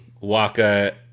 Waka